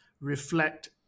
reflect